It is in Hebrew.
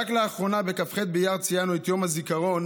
בפסיקתו ההלכתית,